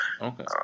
Okay